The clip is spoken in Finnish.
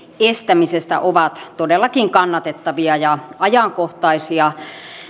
estämiseksi ovat todellakin kannatettavia ja ajankohtaisia